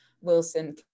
Wilson